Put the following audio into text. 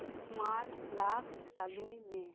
smart plug ᱪᱟᱹᱞᱩᱭ ᱢᱮ